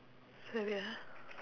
wait wait ah